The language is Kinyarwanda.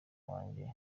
wanjye